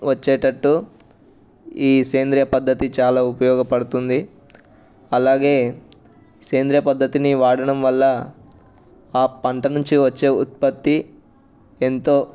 వచ్చేటట్టు ఈ సేంద్రీయ పద్ధతి చాలా ఉపయోగపడుతుంది అలాగే సేంద్రీయ పద్ధతిని వాడడం వల్ల ఆ పంట నుంచి వచ్చే ఉత్పత్తి ఎంతో